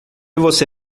você